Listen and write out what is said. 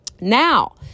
Now